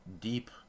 deep